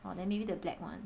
oh then maybe the black one